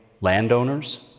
landowners